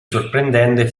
sorprendente